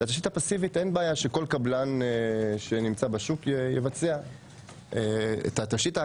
אין בעיה שכל קבלן שנמצא בשוק יבצע את התשתית הפסיבית.